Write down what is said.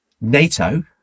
NATO